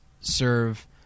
serve